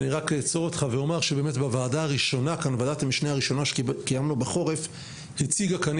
אני רק אומר שבאמת בישיבת הוועדה הראשונה כאן שקיימנו בחורף הציגה כאן